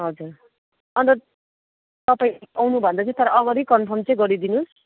हजुर अन्त तपाईँ आउनुभन्दा चाहिँ तर अगाडि कन्फर्म चाहिँ गरिदिनुहोस्